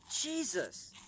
Jesus